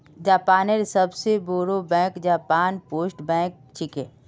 जापानेर सबस बोरो बैंक जापान पोस्ट बैंक छिके